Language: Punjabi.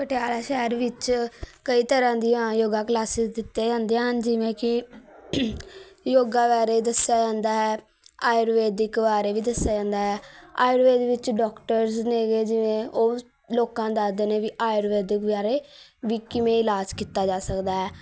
ਪਟਿਆਲਾ ਸ਼ਹਿਰ ਵਿੱਚ ਕਈ ਤਰ੍ਹਾਂ ਦੀਆਂ ਯੋਗਾ ਕਲਾਸਿਸ ਦਿੱਤੀਆਂ ਜਾਂਦੀਆਂ ਹਨ ਜਿਵੇਂ ਕਿ ਯੋਗਾ ਬਾਰੇ ਦੱਸਿਆ ਜਾਂਦਾ ਹੈ ਆਯੁਰਵੈਦਿਕ ਬਾਰੇ ਵੀ ਦੱਸਿਆ ਜਾਂਦਾ ਹੈ ਆਯੁਰਵੈਦ ਵਿੱਚ ਡੋਕਟਰਸ ਨੇਗੇ ਜਿਵੇਂ ਉਹ ਲੋਕਾਂ ਨੂੰ ਦੱਸਦੇ ਨੇ ਵੀ ਆਯੁਰਵੈਦਿਕ ਬਾਰੇ ਵੀ ਕਿਵੇਂ ਇਲਾਜ ਕੀਤਾ ਜਾ ਸਕਦਾ ਹੈ